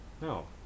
no